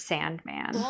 Sandman